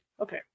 Okay